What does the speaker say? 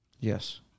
Yes